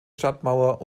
stadtmauer